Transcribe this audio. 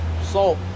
salt